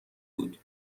بود